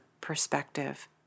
perspective